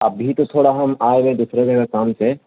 ابھی تو تھوڑا ہم آئے ہوئے ہیں دوسرے گھر میں کام سے